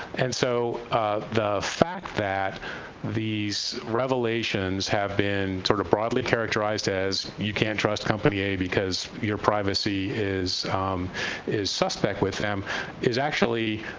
and so the fact that these revelations have been sort of broadly characterized as you can't trust company a because your privacy is suspect suspect with them is actually